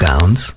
gowns